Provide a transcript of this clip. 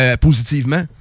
positivement